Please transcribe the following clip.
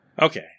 Okay